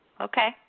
okay